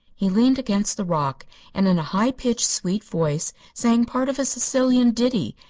he leaned against the rock and in a high-pitched, sweet voice sang part of a sicilian ditty,